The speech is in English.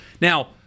Now